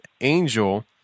angel